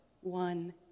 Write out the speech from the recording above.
one